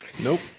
Nope